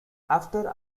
after